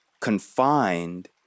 confined